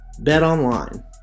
BetOnline